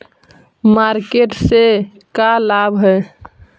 Market से का लाभ है?